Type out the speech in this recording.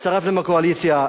הצטרפתם לקואליציה.